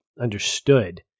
understood